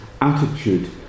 attitude